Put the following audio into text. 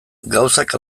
gauzak